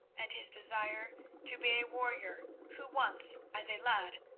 and his desire to be a warrior who once, as a lad,